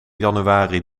januari